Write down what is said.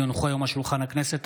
כי הונחו היום על שולחן הכנסת,